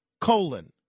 colon